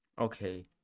okay